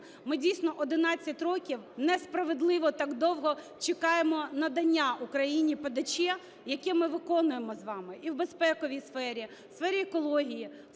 Ми дійсно 11 років несправедливо так довго чекаємо надання Україні ПДЧ, яке ми виконуємо з вами і в безпековій сфері, в сфері екології,